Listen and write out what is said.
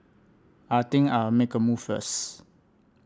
I think I'll make a move first